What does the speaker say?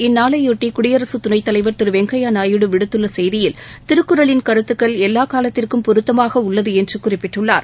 இந்நாளைபொட்டிகுடியரசுத் துணைத் தலைவர் திருவெங்கையாநாயுடு விடுத்துள்ளசெய்தியில் திருக்குறள் எல்லாகாலத்திற்கும் பொருத்தமாகஉள்ளதுஎன்றுகுறிப்பிட்டுள்ளார்